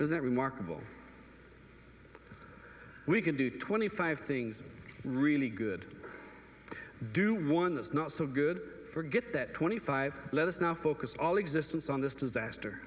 not remarkable we can do twenty five things really good do one that's not so good forget that twenty five let us now focus all existence on this disaster